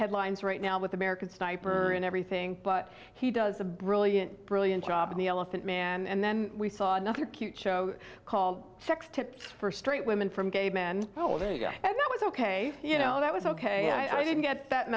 headlines right now with american sniper and everything but he does a brilliant brilliant job in the elephant man and then we saw another cute show called sex tips for straight women from gay men oh yeah and that was ok you know that was ok i didn't get that